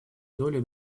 долю